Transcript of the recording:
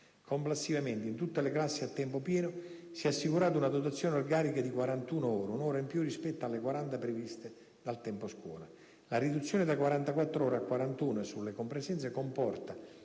Complessivamente, in tutte le classi a tempo pieno si è assicurata una dotazione organica di 41 ore (un'ora in più rispetto alle 40 previste dal tempo scuola). La riduzione da 44 ore a 41 sulle compresenze comporta